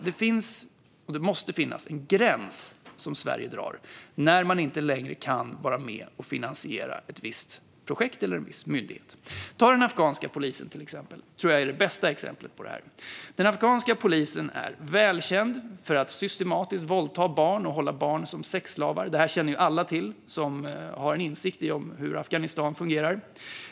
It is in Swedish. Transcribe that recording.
Det måste finnas en gräns som Sverige drar där vi inte längre kan vara med och finansiera ett visst projekt eller en viss myndighet. Ta den afghanska polisen, till exempel. Den tror jag är det bästa exemplet på detta. Den afghanska polisen är välkänd för att systematiskt våldta barn och hålla barn som sexslavar. Detta känner alla till som har insikt i hur Afghanistan fungerar.